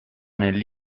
nella